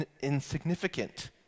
insignificant